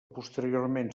posteriorment